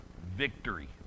victory